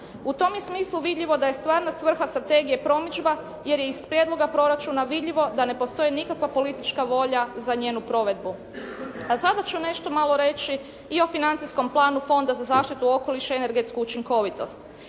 U tom je smislu vidljivo da je stvarna svrha Strategije promidžba jer je iz Prijedloga proračuna vidljivo da ne postoji nikakva politička volja za njenu provedbu. A sada ću nešto malo reći i o financijskom planu Fonda za zaštitu okoliša i energetsku učinkovitost.